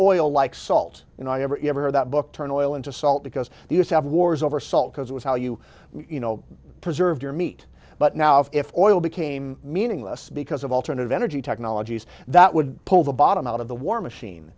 all alike salt you know every ever that book turn oil into salt because these have wars over salt because it was how you you know preserve your meat but now if oil became meaningless because of alternative energy technologies that would pull the bottom out of the war machine